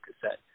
cassette